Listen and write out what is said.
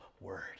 word